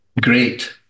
Great